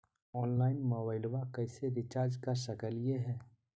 Online मोबाइलबा कैसे recharge कर सकलिए है?